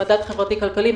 מדד חברתי כלכלי,